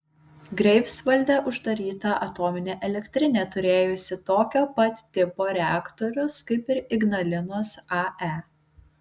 greifsvalde uždaryta atominė elektrinė turėjusi tokio pat tipo reaktorius kaip ir ignalinos ae